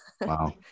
Wow